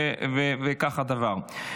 וכך הדבר.